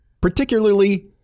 particularly